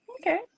Okay